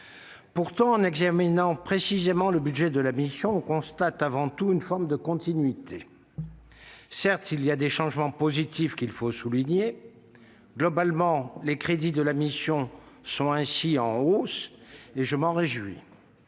Pourtant, en examinant précisément le budget de la mission, on constate avant tout une forme de continuité. Certes, il y a des changements positifs qu'il faut souligner. Globalement, les crédits de la mission sont ainsi en hausse et je m'en réjouis.